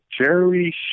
Jerry